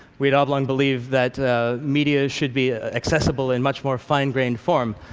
we at oblong believe that media should be accessible in much more fine-grained form.